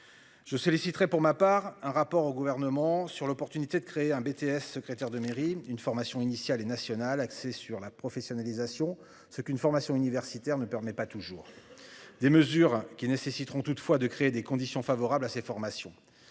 Je solliciterai pour ma part un rapport au gouvernement sur l'opportunité de créer un BTS secrétaire de mairie une formation initiale et nationale axée sur la professionnalisation ce qu'une formation universitaire ne permet pas toujours. Des mesures qui nécessiteront toutefois de créer des conditions favorables à ces formations.